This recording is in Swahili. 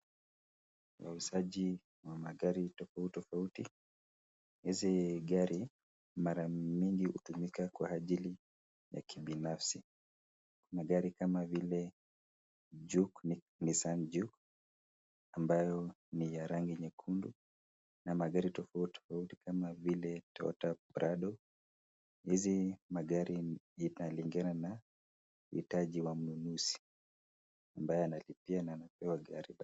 Wauzaji wa magari tofauti tofauti. Hizi gari mara mingi hutumika kwa ajili ya kibinafsi. Magari kama vile Juke, Nissan Juke ambayo ni ya rangi nyekundu na magari tofauti tofauti kama vile Toyota Prado. Hizi magari inalingana na hitaji wa mnunuzi ambaye analipia na anapewa gari.